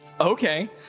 Okay